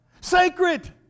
Sacred